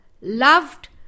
loved